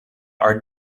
are